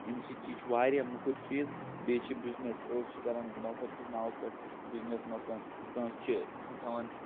ییٚمہِ سۭتۍ چھِ یہِ چھِ واریاہ موٚکُر چیٖز بیٚیہِ چھِ بِزنٮ۪س أڑۍ چھِ کَران مذہَبکِس ناوَس پٮ۪ٹھ بِزنٮ۪س مثلاً کانٛہہ چھِ کانٛہہ تھَوان